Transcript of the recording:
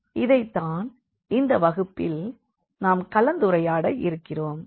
இதைத்தான் இந்த வகுப்பில் நாம் கலந்துரையாட இருக்கிறோம்